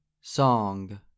song